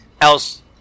else